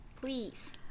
please